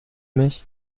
mich